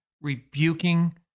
rebuking